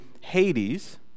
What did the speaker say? Hades